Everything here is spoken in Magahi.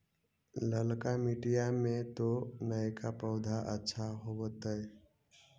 ललका मिटीया मे तो नयका पौधबा अच्छा होबत?